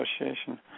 Association